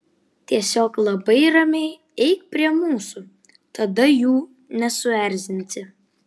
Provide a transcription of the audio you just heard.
tiesiog labai ramiai eik prie mūsų tada jų nesuerzinsi